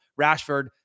Rashford